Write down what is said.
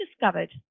discovered